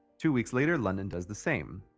two weeks later london does the same.